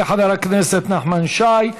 תודה לחבר הכנסת נחמן שי.